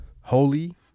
Holy